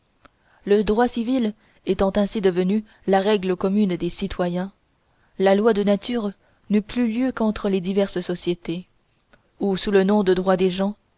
le droit civil étant ainsi devenu la règle commune des citoyens la loi de nature n'eut plus lieu qu'entre les diverses sociétés où sous le nom de droit des gens